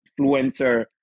influencer